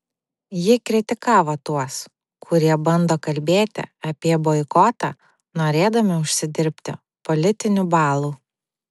ji kritikavo tuos kurie bando kalbėti apie boikotą norėdami užsidirbti politinių balų